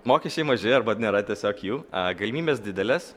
mokesčiai maži arba nėra tiesiog jų galimybės didelės